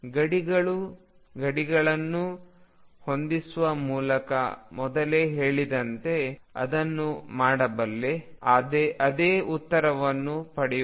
ಗಡಿಗಳನ್ನು ಹೊಂದಿಸುವ ಮೂಲಕ ಮೊದಲೇ ಹೇಳಿದಂತೆ ಅದನ್ನು ಮಾಡಬಲ್ಲೆ ಅದೇ ಉತ್ತರವನ್ನು ಪಡೆಯುತ್ತೇನೆ